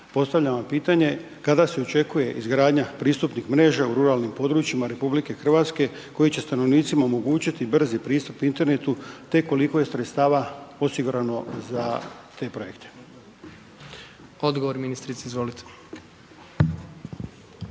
Postavljam vam pitanje kada se očekuje izgradnja pristupnih mreža u ruralnim područjima RH koji će stanovnicima omogućiti brzi pristup internetu, te koliko je sredstava osigurano za te projekte? **Jandroković, Gordan